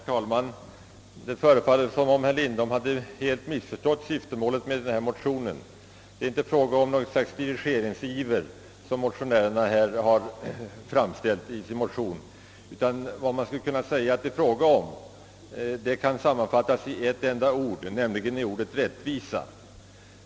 Herr talman! Det förefaller som om herr Lindholm helt missförstått syftet med denna motion. Det är inte något slags dirigeringsiver motionärerna givit uttryck för i sin motion. Vad det är fråga om kan sammanfattas i ett enda ord, nämligen ordet rättvisa.